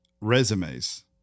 resumes